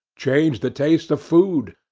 changed the taste of food,